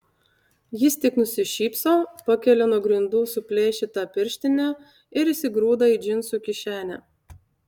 jis tik nusišypso pakelia nuo grindų suplėšytą pirštinę ir įsigrūda į džinsų kišenę